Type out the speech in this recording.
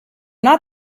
not